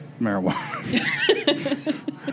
marijuana